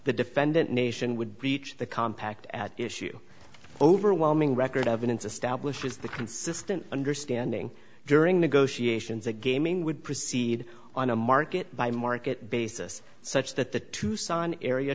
the defendant nation would breach the compact at issue overwhelming record evidence establishes the consistent understanding during negotiations the gaming would proceed on a market by market basis such that the tucson area